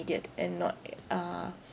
and not yet uh